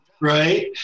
right